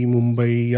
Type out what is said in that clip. Mumbai